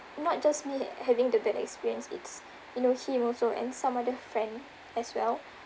not just me having the bad experience it's you know him also and some other friend as well